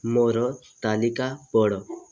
ମୋର ତାଲିକା ପଢ଼